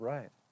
Right